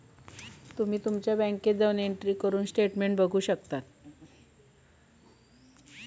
तुम्ही तुमच्या बँकेत जाऊन एंट्री करून स्टेटमेंट बघू शकतास